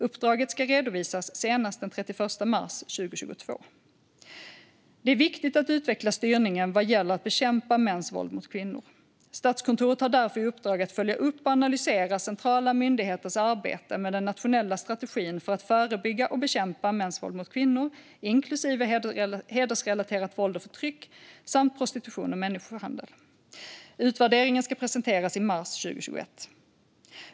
Uppdraget ska redovisas senast den 31 mars 2022. Det är viktigt att utveckla styrningen vad gäller att bekämpa mäns våld mot kvinnor. Statskontoret har därför i uppdrag att följa upp och analysera centrala myndigheters arbete med den nationella strategin för att förebygga och bekämpa mäns våld mot kvinnor inklusive hedersrelaterat våld och förtryck samt prostitution och människohandel . Utvärderingen ska presenteras i mars 2021.